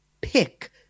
pick